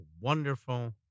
wonderful